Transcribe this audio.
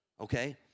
okay